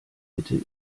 bitte